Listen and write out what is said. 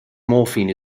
morphine